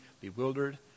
bewildered